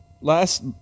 Last